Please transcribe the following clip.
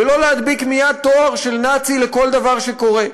ולא להדביק מייד תואר של "נאצי" לכל דבר שקורה.